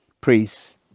priests